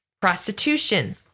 prostitution